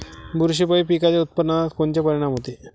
बुरशीपायी पिकाच्या उत्पादनात कोनचे परीनाम होते?